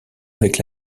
avec